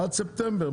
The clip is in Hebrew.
עד ספטמבר.